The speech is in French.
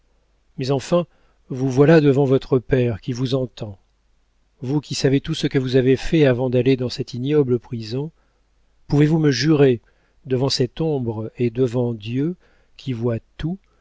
mais enfin vous voilà devant votre père qui vous entend vous qui savez tout ce que vous avez fait avant d'aller dans cette ignoble prison pouvez-vous me jurer devant cette ombre et devant dieu qui voit tout